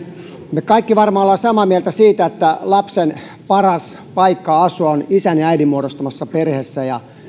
me kaikki varmaan olemme samaa mieltä siitä että lapsen paras paikka asua on isän ja äidin muodostamassa perheessä ja